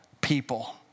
people